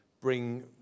bring